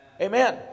amen